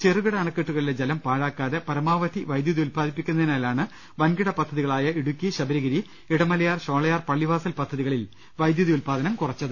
ചെറുകിട അണക്കെട്ടുകളിലെ ജലം പാഴാക്കാതെ പരമാവധി വൈദ്യുതി ഉൽപാദിപ്പി ക്കുന്നതിനാലാണ് വൻകിട പദ്ധതികളായ ഇടുക്കി ശബരിഗിരി ഇടമലയാർ ഷോളയാർ പള്ളിവാസൽ പദ്ധതികളിൽ വൈദ്യുതി ഉൽപാദനം കുറച്ചത്